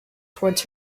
towards